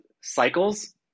cycles